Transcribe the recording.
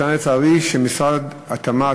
היא שמשרד התמ"ת,